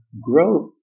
growth